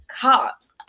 cops